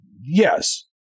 Yes